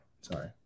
Sorry